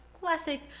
classic